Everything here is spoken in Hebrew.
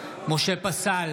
משה פסל,